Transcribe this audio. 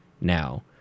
now